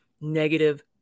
negative